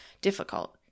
difficult